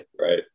right